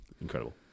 Incredible